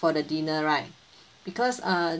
for the dinner right because err